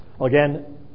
Again